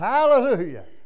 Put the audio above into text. Hallelujah